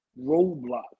roadblock